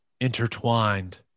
intertwined